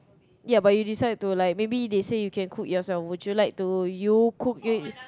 ya but you decide to like maybe they say you can cook yourself would you like to you cook it